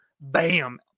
Bam